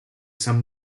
san